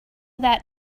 that